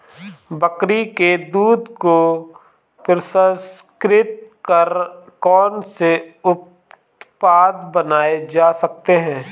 बकरी के दूध को प्रसंस्कृत कर कौन से उत्पाद बनाए जा सकते हैं?